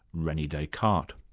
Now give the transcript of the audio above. rene descartes.